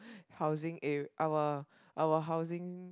housing area our our housing